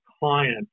client